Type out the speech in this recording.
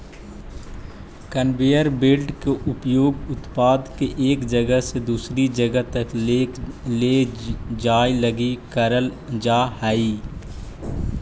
conveyor belt के उपयोग उत्पाद के एक जगह से दूसर जगह तक ले जाए लगी करल जा हई